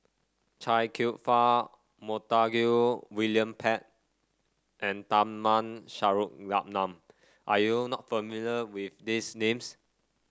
Chia Kwek Fah Montague William Pett and Tharman Shanmugaratnam are you not familiar with these names